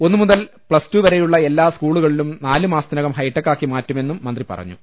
ഒന്നു മുതൽ പ്തസ്ടു വരെയുള്ള എല്ലാ സ്കൂളുകളും നാല് മാസത്തിനകം ഹൈടെക്കാക്കി മാറ്റുമെന്നും മന്ത്രി പറഞ്ഞു